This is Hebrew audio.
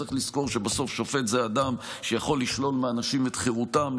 צריך לזכור שבסוף שופט הוא אדם שיכול לשלול מאנשים את חירותם.